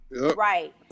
right